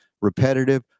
repetitive